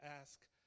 ask